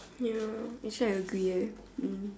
ya actually I agree eh mm